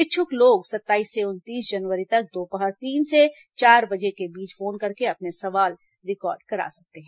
इच्छुक लोग सत्ताईस से उनतीस जनवरी तक दोपहर तीन से चार बजे के बीच फोन करके अपने सवाल रिकॉर्ड करा सकते हैं